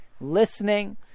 listening